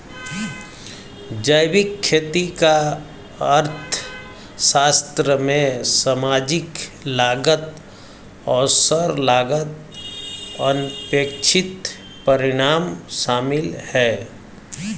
जैविक खेती का अर्थशास्त्र में सामाजिक लागत अवसर लागत अनपेक्षित परिणाम शामिल है